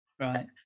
Right